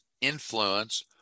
influence